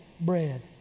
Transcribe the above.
bread